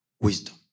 wisdom